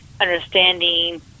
understanding